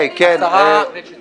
תסתכלו לנו בעיניים.